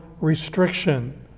restriction